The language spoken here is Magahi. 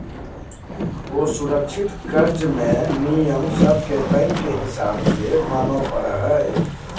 असुरक्षित कर्ज मे नियम सब के बैंक के हिसाब से माने पड़ो हय